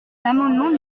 l’amendement